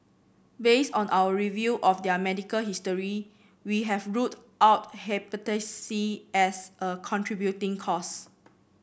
based on our review of their medical history we have ruled out Hepatitis C as a contributing cause